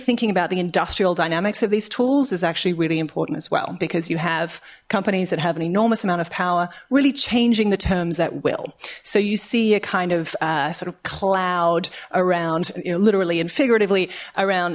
thinking about the industrial dynamics of these tools is actually really important as well because you have companies that have an enormous amount of power really changing the terms that will so you see a kind of sort of cloud around literally and figuratively around